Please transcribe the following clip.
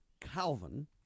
Calvin